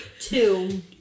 Two